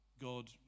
God